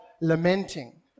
lamenting